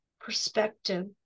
perspective